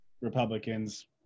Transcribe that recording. Republicans